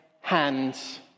hands